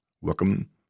Welcome